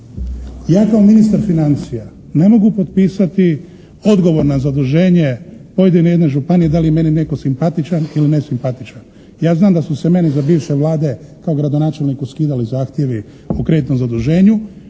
ja kao ministar financija ne mogu potpisati odgovor na zaduženje pojedine jedne županije da li je meni netko simpatičan ili nesimpatičan. Ja znam da su se meni za bivše Vlade kao gradonačelniku skidali zahtjevi o kreditnom zaduženju,